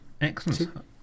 Excellent